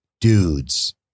dudes